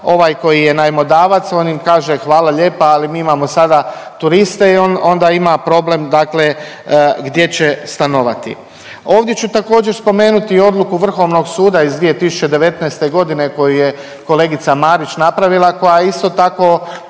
ovaj koji je najmodavac on im kaže hvala lijepa ali mi imamo sada turiste i onda on ima problem dakle gdje će stanovati. Ovdje ću također spomenuti i odluku Vrhovnog suda iz 2019. godine koju je kolegica Marić napravila koja je isto tako